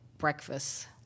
Breakfast